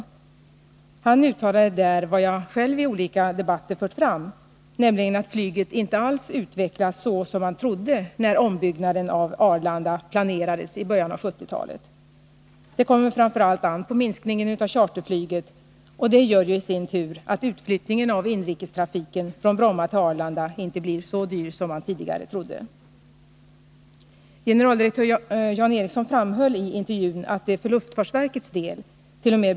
Han uttalade där vad jag själv i olika debatter fört fram, nämligen att flyget inte alls utvecklats så som man trodde när ombyggnaden av Arlanda planerades i början av 1970-talet. Det kommer framför allt an på minskningen av charterflyget, och detta gör i sin tur att utflyttningen av inrikestrafiken från Bromma till Arlanda inte blir så dyr som man tidigare trodde. Generaldirektör Jan Eriksson framhöll i intervjun att det för luftfartsverkets delt.o.m.